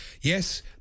yes